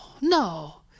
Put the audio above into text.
no